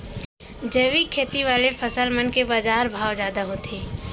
जैविक खेती वाले फसल मन के बाजार भाव जादा होथे